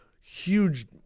huge –